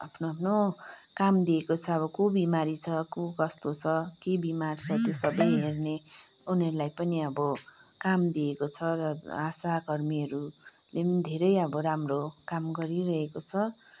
आफ्नो आफ्नो काम दिइएको छ अब को बिमारी छ को कस्तो छ के बिमार छ त्यो सबै हेर्ने उनीहरूलाई पनि अब काम दिइएको छ आशा कर्मीहरूले पनि धेरै अब राम्रो काम गरिरहेको छ